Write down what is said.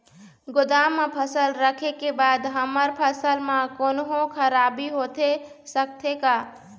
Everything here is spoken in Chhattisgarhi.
गोदाम मा फसल रखें के बाद हमर फसल मा कोन्हों खराबी होथे सकथे का?